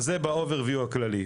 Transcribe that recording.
אז זה בהסתכלות הכללית.